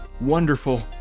wonderful